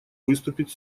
выступить